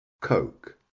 Coke